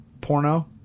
porno